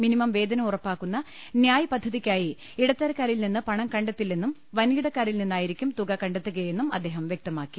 minimum വേതനം ഉറപ്പാക്കുന്ന ന്യായ് പദ്ധതിക്കായി ഇടത്തരക്കാരിൽ നിന്ന് പണം കണ്ടെത്തില്ലെന്നും വൻകിടക്കാരിൽ നിന്നായിരിക്കും തുക കണ്ടെത്തുകയെന്ന് അദ്ദേഹം വ്യക്തമാക്കി